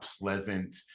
pleasant